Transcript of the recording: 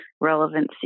relevancy